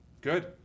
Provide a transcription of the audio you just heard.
Good